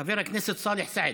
חבר הכנסת סאלח סעד,